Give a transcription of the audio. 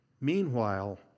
meanwhile